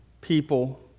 people